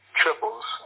triples